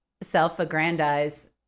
self-aggrandize